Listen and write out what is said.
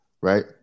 Right